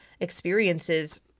experiences